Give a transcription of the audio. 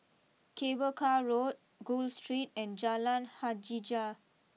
Cable Car Road Gul Street and Jalan Hajijah